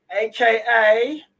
aka